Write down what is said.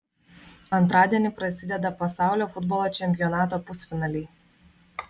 antradienį prasideda pasaulio futbolo čempionato pusfinaliai